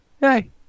Hey